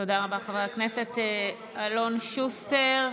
תודה רבה, חבר הכנסת אלון שוסטר.